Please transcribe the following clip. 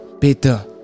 Peter